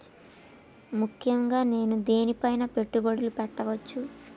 ముఖ్యంగా నేను దేని పైనా పెట్టుబడులు పెట్టవచ్చు?